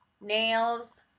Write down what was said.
nails